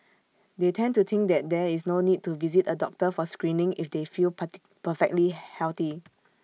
they tend to think that there is no need to visit A doctor for screening if they feel part perfectly healthy